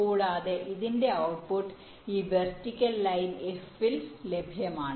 കൂടാതെ ഇതിന്റെ ഔട്ട്പുട്ട് ഈ വെർട്ടിക്കൽ ലൈൻ f ൽ ലഭ്യമാണ്